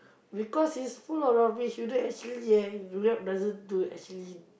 because it's full of rubbish you know actually eh New-York doesn't do actually